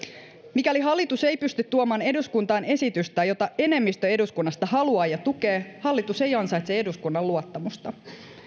mikäli hallitus ei pysty tuomaan eduskuntaan esitystä jota enemmistö eduskunnasta haluaa ja tukee hallitus ei ansaitse eduskunnan luottamusta